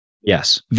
Yes